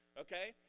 Okay